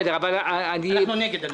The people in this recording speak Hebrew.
אנחנו נגד.